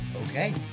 Okay